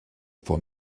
for